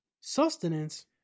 Sustenance